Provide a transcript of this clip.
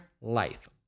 life